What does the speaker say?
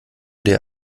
dir